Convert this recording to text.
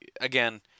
again